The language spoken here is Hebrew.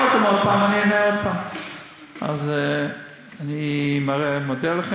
שאלתם עוד פעם, אני אענה עוד פעם.